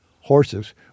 Horses